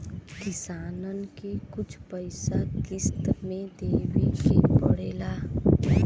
किसानन के कुछ पइसा किश्त मे देवे के पड़ेला